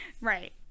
Right